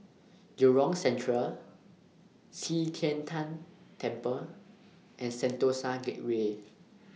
Jurong Central Qi Tian Tan Temple and Sentosa Gateway